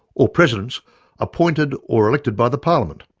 or presidents appointed or elected by the parliament.